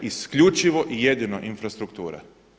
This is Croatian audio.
Isključivo i jedino infrastruktura.